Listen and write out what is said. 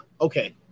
okay